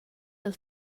dal